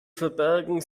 verbergen